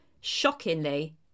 Shockingly